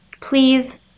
Please